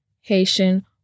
Haitian